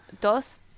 dos